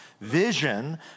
vision